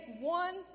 one